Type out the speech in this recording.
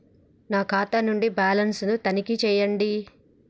నా ఖాతా ను బ్యాలన్స్ తనిఖీ చేయండి?